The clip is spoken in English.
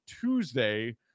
Tuesday